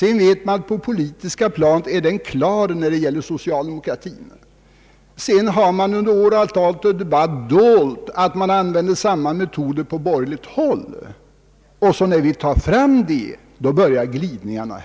Man vet att på det politiska planet är den klar då det gäller socialdemokratin. Man har under åratal försökt dölja att man använder samma metoder på borgerligt håll. När vi påpekar detta börjar glidningarna.